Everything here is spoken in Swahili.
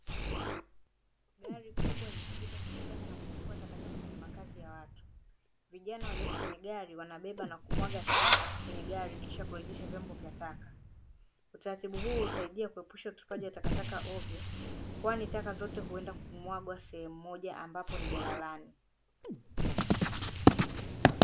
Gari kubwa likipita kukusanya na kuchukua takataka kwenye makazi ya watu. Vijana waliopo kweye gari wanabeba na kumwaga taka kwenye gari, kisha kurejesha vyombo vya taka. Utaratibu huu husaidia kuepusha utupaji wa takataka ovyo, kwani taka zote huenda kumwagwa sehemu moja ambapo ni jalalani.